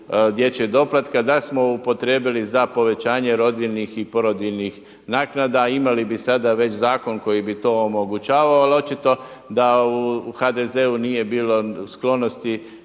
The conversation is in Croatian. dječjeg doplatka da smo upotrijebili za povećanje rodiljnih i porodiljnih naknada, imali bi sada već zakon koji bi to omogućavao, ali očito da u HDZ-u nije bilo sklonosti